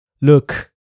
look